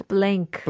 Blank